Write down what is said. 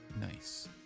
nice